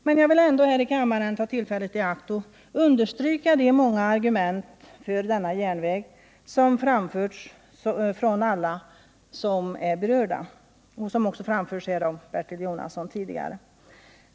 Men jag vill ändå här i kammaren ta tillfället i akt och understryka de många argument för denna järnväg som framförts från alla som är berörda, även av Bertil Jonasson.